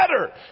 better